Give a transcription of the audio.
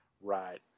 Right